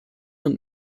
und